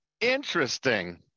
Interesting